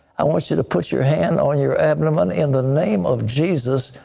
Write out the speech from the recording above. i want you to put your hand on your abdomen, in the name of jesus,